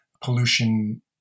pollution